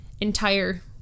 entire